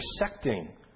intersecting